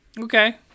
Okay